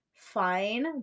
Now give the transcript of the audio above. Fine